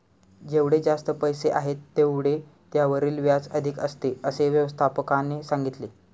जेवढे जास्त पैसे आहेत, तेवढे त्यावरील व्याज अधिक असते, असे व्यवस्थापकाने सांगितले